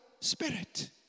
spirit